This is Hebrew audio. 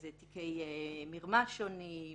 מדובר בתיקי מרמה שונים